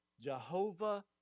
Jehovah